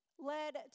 led